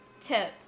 tip